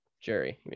Jerry